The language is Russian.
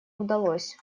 удалось